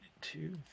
Two